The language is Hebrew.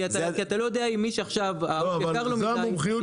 כי אתה לא יודע אם מי שעכשיו יקר לו מידי,